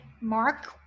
mark